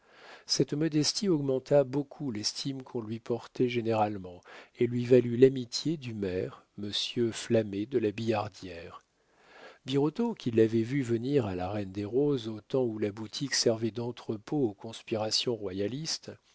cette modestie augmenta beaucoup l'estime qu'on lui portait généralement et lui valut l'amitié du maire monsieur flamet de la billardière birotteau qui l'avait vu venir à la reine des roses au temps où la boutique servait d'entrepôt aux conspirations royalistes